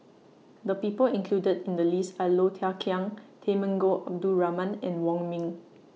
The People included in The list Are Low Thia Khiang Temenggong Abdul Rahman and Wong Ming